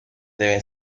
deben